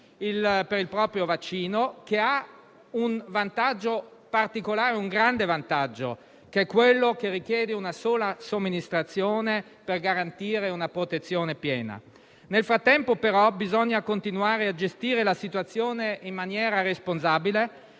per il proprio vaccino, che ha il grande vantaggio di richiedere una sola somministrazione per garantire una protezione piena. Nel frattempo, però, bisogna continuare a gestire la situazione in maniera responsabile